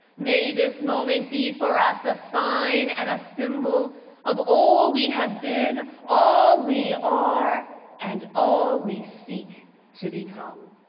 may this moment be for us a sign and a symbol of all we have been, all we are, and all we seek to become.